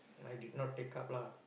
I did not take up lah